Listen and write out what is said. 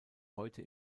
heute